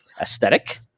aesthetic